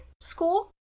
school